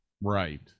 Right